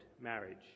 marriage